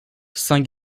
saint